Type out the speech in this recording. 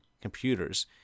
computers